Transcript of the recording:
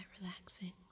Relaxing